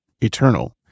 eternal